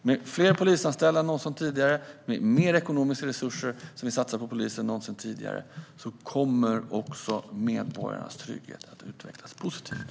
Med fler polisanställda än någonsin tidigare och med mer ekonomiska resurser som vi satsar på polisen än någonsin tidigare kommer medborgarnas trygghet att utvecklas positivt.